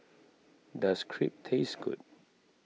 does Crepe taste good